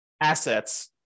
assets